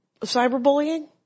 cyberbullying